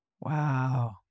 Wow